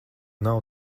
nav